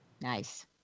Nice